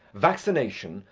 vaccination,